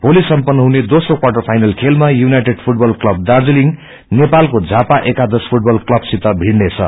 भोली सम्पन्न हुने दोस्रो क्वाटर फ्रइनल खेलमा युनाटेड फूटवत क्लब दार्जीलिङ नेपालको झापा एकादश क्लबसित भीइनेछ